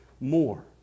more